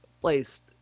placed